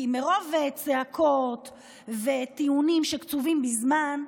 כי מרוב צעקות וטיעונים שקצובים בזמן,